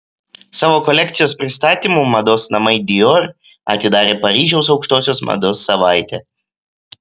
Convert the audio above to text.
savo kolekcijos pristatymu mados namai dior atidarė paryžiaus aukštosios mados savaitę